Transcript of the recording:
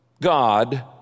God